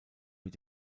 mit